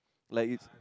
like it's